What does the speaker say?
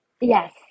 Yes